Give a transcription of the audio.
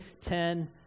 Ten